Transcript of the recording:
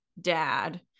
dad